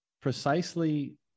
precisely